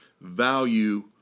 Value